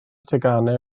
teganau